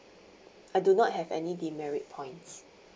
I do not have any demerit points